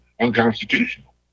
unconstitutional